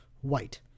white